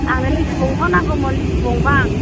आंनो लिसु दंफां नांगौमोन लिसु दंफां